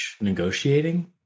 negotiating